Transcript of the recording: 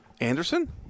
Anderson